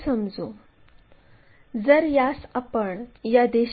locus काढल्यानंतर आपण ते काढू शकतो